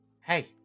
Hey